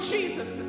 Jesus